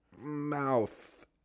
mouth